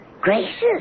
Gracious